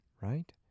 right